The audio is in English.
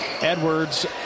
Edwards